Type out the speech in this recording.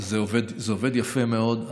זה עובד יפה מאוד.